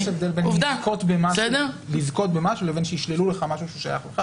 יש הבדל בין לזכות במשהו לבין שישללו לך משהו ששייך לך.